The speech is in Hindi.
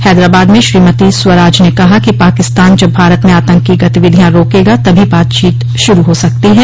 हैदराबाद में श्रीमती स्वराज ने कहा कि पाकिस्तान जब भारत में आतंकी गतिविधियों रोकेगा तभी बातचीत शुरू हो सकती है